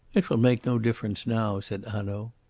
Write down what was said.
it will make no difference now, said hanaud.